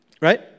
right